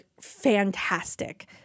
fantastic